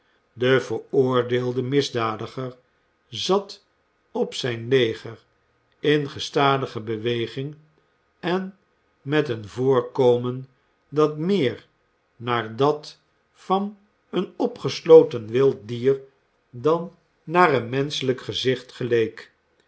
de veroordeelde misdadiger zat op zijn leger in gestadige beweging en met een voorkomen dat meer naar dat van een opgesloten wild dier dan naar een menschelijk gezlht geleek